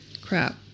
Crap